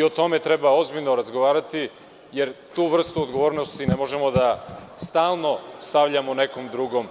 O tome treba ozbiljno razgovarati, jer tu vrstu odgovornosti ne možemo stalno da stavljamo nekom drugom